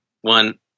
one